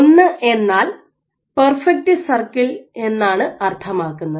ഒന്ന് എന്നാൽ perfect circle എന്നാണ് അർത്ഥമാക്കുന്നത്